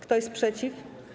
Kto jest przeciw?